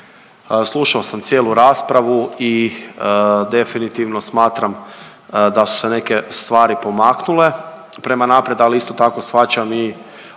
Slušao sam cijelu raspravu i definitivno smatram da su se neke stvari pomaknule prema naprijed, ali isto tako shvaćam i apele